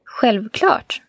Självklart